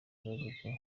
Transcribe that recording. byari